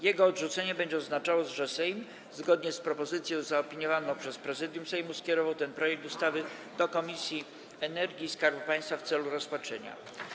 Jego odrzucenie będzie oznaczało, że Sejm, zgodnie z propozycją zaopiniowaną przez Prezydium Sejmu, skierował ten projekt ustawy do Komisji Energii i Skarbu Państwa w celu rozpatrzenia.